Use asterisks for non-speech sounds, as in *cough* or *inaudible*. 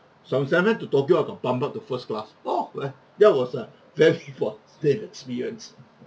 from san fran to tokyo I got bummed up to first class oh where that was a *laughs* very positive experience